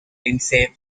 lindsay